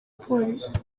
polisi